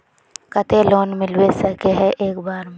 केते लोन मिलबे सके है एक बार में?